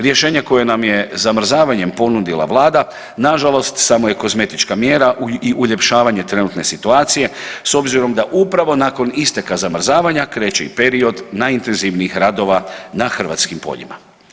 Rješenje koje nam je zamrzavanjem ponudila vlada nažalost samo je kozmetička mjera i uljepšavanje trenutne situacije s obzirom da upravo nakon isteka zamrzavanja kreće i period najintenzivnijih radova na hrvatskim poljima.